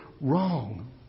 wrong